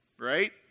right